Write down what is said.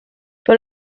por